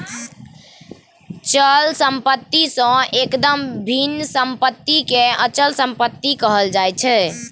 तरल सम्पत्ति सँ एकदम भिन्न सम्पत्तिकेँ अचल सम्पत्ति कहल जाइत छै